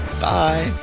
Bye